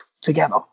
together